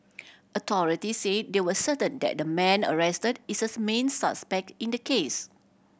authority say they were certain that the man arrested is a main suspect in the case